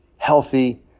healthy